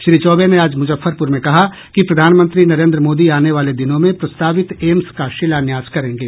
श्री चौबे ने आज मुजफ्फरपुर में कहा कि प्रधानमंत्री नरेन्द्र मोदी आने वाले दिनों में प्रस्तावित एम्स का शिलान्यास करेंगे